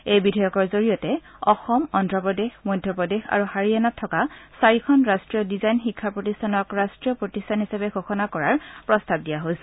এই বিধেয়কৰ জৰিয়তে অসম অন্ধ্ৰ প্ৰদেশ মধ্য প্ৰদেশ আৰু হাৰিয়ানাত থকা চাৰিখন ৰাষ্ট্ৰীয় ডিজাইন শিক্ষা প্ৰতিষ্ঠানক ৰাষ্ট্ৰীয় প্ৰতিষ্ঠান হিচাপে ঘোষণা কৰাৰ প্ৰস্তাৱ দিয়া হৈছে